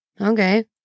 Okay